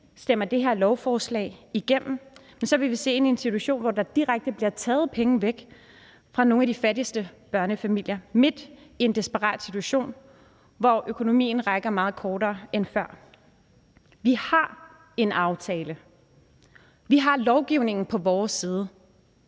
stemmer det her lovforslag igennem, vil vi se ind i en situation, hvor der direkte bliver taget penge væk fra nogle af de fattigste børnefamilier midt i en desperat situation, hvor økonomien rækker meget kortere end før. Vi har en aftale. Vi har lovgivningen på vores side.